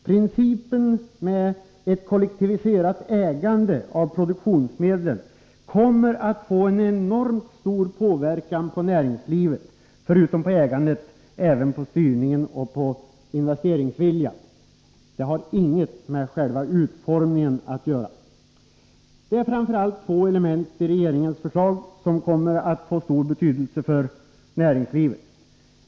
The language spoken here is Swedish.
Principen med ett kollektiviserat ägande av produktionsmedlen kommer att få en enormt stor påverkan på näringslivet — förutom på ägandet även på styrningen och på investeringsviljan. Det har inget med själva utformningen av systemet att göra. Det är framför allt två element i regeringens förslag som kommer att få stor betydelse för näringslivet.